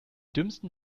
dümmsten